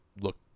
look